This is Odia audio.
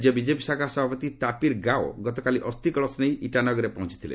ରାଜ୍ୟ ବିଜେପି ଶାଖା ସଭାପତି ତାପିର୍ ଗାଓ ଗତକାଲି ଅସ୍ଥି କଳସ ନେଇ ଇଟାନଗରରେ ପହଞ୍ଚିଛନ୍ତି